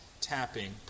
tapping